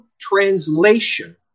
translation